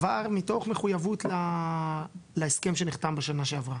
עבר מתוך מחויבות להסכם שנחתם בשנה שעברה.